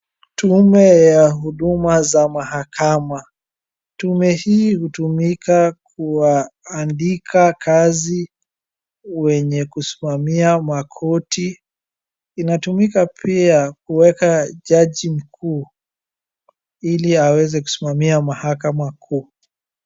Tume ya huduma za mahakama Tume hii hutumika kuandika kazi wenye kusimamia makoti inatumika pia kuweka jaji mkuu ili aweze kusimamia mahakama kuu